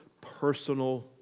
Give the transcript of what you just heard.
personal